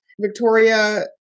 victoria